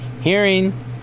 hearing